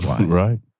Right